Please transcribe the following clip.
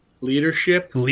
leadership